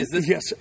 yes